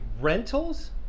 rentals